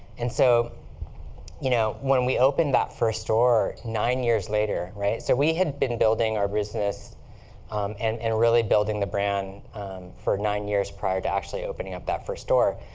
and so you know when we opened that first store nine years later so we had been building our business and and really building the brand for nine years prior to actually opening up that first store.